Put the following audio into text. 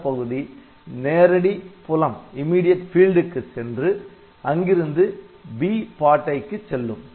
அந்த பகுதி நேரடி புலத்திற்கு சென்று அங்கிருந்து 'B' பாட்டைக்கு செல்லும்